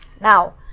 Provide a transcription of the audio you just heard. Now